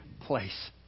place